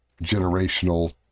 generational